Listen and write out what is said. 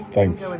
Thanks